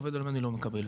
עובד אלמוני לא מקבל.